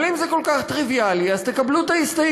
אבל אם זה כל כך טריוויאלי אז תקבלו את ההסתייגות